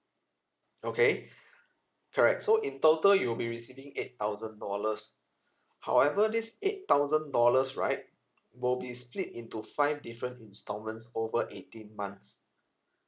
okay correct so in total you will be receiving eight thousand dollars however this eight thousand dollars right will be split into five different instalments over eighteen months